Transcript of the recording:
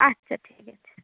আচ্ছা ঠিক আছে